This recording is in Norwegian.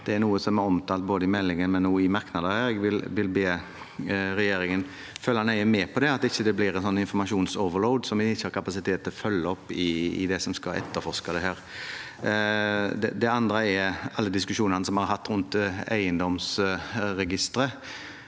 Det er noe som er omtalt både i meldingen og i merknader. Jeg vil be regjeringen følge nøye med på det, at det ikke blir en informasjonsoverload som vi ikke har kapasitet til å følge opp i det som skal etterforskes. Det andre er alle diskusjonene som vi har hatt rundt eiendomsregisteret.